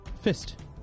Fist